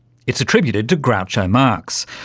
it's attributed to groucho marx.